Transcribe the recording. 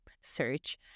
search